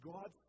God